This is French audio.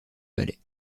ballet